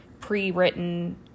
pre-written